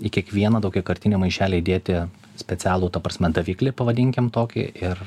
į kiekvieną daugiakartinį maišelį įdėti specialų ta prasme daviklį pavadinkim tokį ir